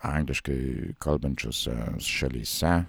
angliškai kalbančiose šalyse